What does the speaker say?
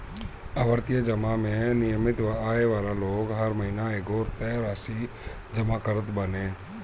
आवर्ती जमा में नियमित आय वाला लोग हर महिना एगो तय राशि जमा करत बाने